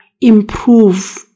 improve